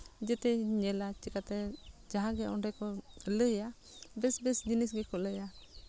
ᱡᱮᱛᱮᱧ ᱧᱮᱞᱟ ᱪᱤᱠᱟᱹᱛᱮ ᱡᱟᱦᱟᱸᱜᱮ ᱚᱸᱰᱮ ᱠᱚ ᱞᱟᱹᱭᱟ ᱵᱮᱥ ᱵᱮᱥ ᱡᱤᱱᱤᱥ ᱜᱮᱠᱚ ᱞᱟᱹᱭᱟ